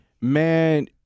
Man